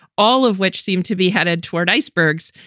all of which seem to be headed toward icebergs.